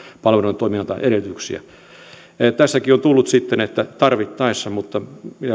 palveluiden toimintaedellytyksiä tähänkin on tullut sitten että tarvittaessa mutta